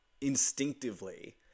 instinctively